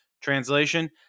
Translation